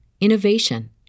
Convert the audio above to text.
innovation